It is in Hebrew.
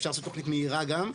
אפשר לעשות תוכנית מהירה גם,